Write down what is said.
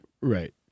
Right